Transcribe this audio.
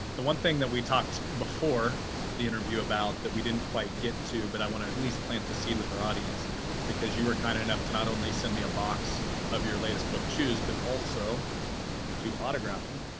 the one thing that we talked before the interview about that we didn't quite get to but i want to at least plant the seed with our audience because you were kind of enough to not only send me a box of your latest book, choose, but also to autograph them.